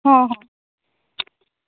ହଁ ହଁ